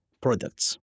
products